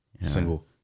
single